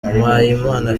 mpayimana